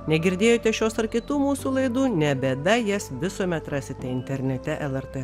negirdėjote šios ar kitų mūsų laidų ne bėda jas visuomet rasite internete lrt